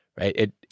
right